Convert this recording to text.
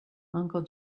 uncle